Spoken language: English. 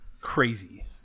crazy